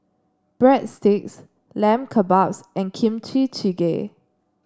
Breadsticks Lamb Kebabs and Kimchi Jjigae